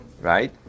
Right